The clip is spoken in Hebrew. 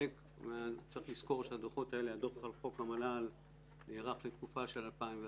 צריך לזכור שהדוח על חוק המל"ל נערך לתקופה של 2011,